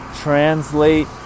Translate